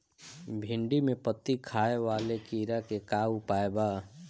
भिन्डी में पत्ति खाये वाले किड़ा के का उपाय बा?